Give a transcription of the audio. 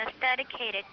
dedicated